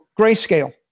Grayscale